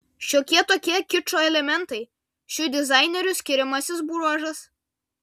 šiokie tokie kičo elementai šių dizainerių skiriamasis bruožas